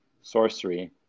sorcery